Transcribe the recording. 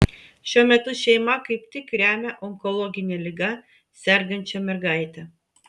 šiuo metu šeima kaip tik remia onkologine liga sergančią mergaitę